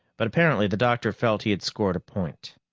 but apparently the doctor felt he had scored a point.